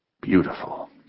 Beautiful